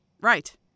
Right